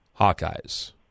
Hawkeyes